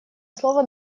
слово